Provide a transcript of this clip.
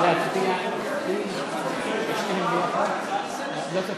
זה שתי הצבעות,